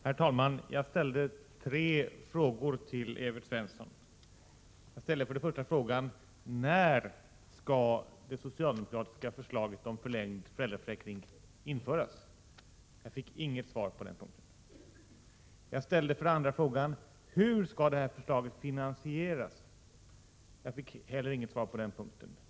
Herr talman! Jag ställde tre frågor till Evert Svensson. För det första: När skall det socialdemokratiska förslaget om förlängd föräldraförsäkring införas? Jag fick inget svar på den frågan. För det andra frågade jag: Hur skall detta förslag finansieras? Jag fick heller inte något svar på den punkten.